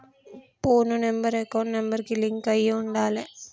పోను number account number కి link అయ్యి ఉండాలే